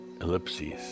ellipses